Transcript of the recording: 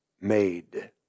made